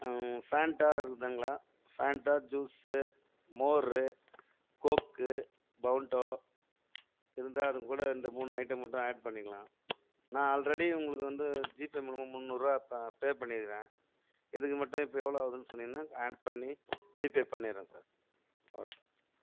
Fanta இருக்குதுங்களா Fanta juice மோர் Coke Bovonto இருந்தால் அது கூட இந்த மூணு ஐட்டம் மட்டும் ஆட் பண்ணிக்கலாம் நான் ஆல்ரெடி உங்களுக்கு வந்து ஜிபே மூலமாக முன்னூறு ரூபாய் பே பண்ணிருக்கேன் இதுக்கு மட்டும் இப்போது எவ்வளோ ஆகும்ன்னு சொன்னீங்கன்னா ஆட் பண்ணி ஜிபே பண்ணிட்றேன் சார் ஓகே